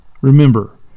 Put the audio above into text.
Remember